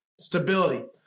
Stability